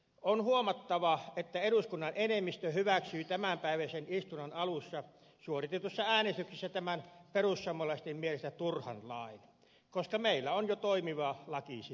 on huomattava että eduskunnan enemmistö hyväksyi tämänpäiväisen istunnon alussa suoritetussa äänestyksessä tämän perussuomalaisten mielestä turhan lain koska meillä on jo toimiva laki sitä varten